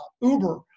uber